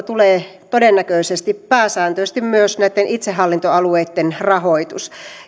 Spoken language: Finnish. tulee todennäköisesti pääsääntöisesti myös näitten itsehallintoalueitten rahoitus